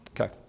okay